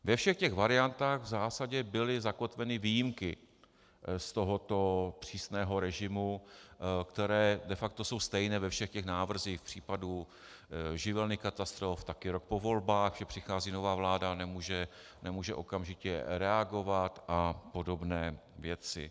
Ve všech variantách v zásadě byly zakotveny výjimky z tohoto přísného režimu, které de facto jsou stejné ve všech návrzích v případech živelních katastrof, také rok po volbách, že přichází nová vláda a nemůže okamžitě reagovat a podobné věci.